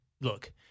look